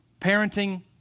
parenting